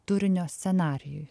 turinio scenarijui